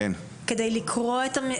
כדי להתקדם ולגמור את זה,